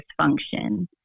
dysfunction